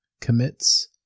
commits